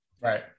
Right